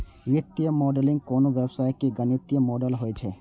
वित्तीय मॉडलिंग कोनो व्यवसायक गणितीय मॉडल होइ छै